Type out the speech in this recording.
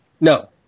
No